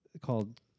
called